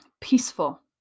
peaceful